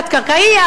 תת-קרקעית,